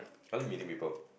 I like meeting people